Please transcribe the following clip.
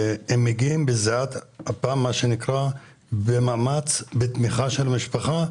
הם מגיעים בזיעת אפם, במאמץ, בתמיכת המשפחה,